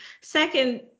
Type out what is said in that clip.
Second